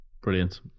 Brilliant